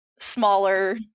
smaller